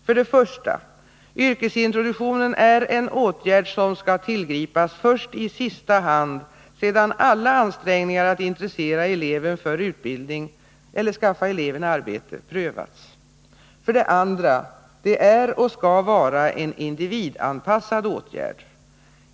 För det första: Yrkesintroduktionen är en åtgärd som skall tillgripas i sista hand, sedan alla ansträngningar att intressera eleven för utbildning eller skaffa eleven arbete har gjorts. För det andra: Yrkesintroduktionen är och skall vara en individanpassad åtgärd.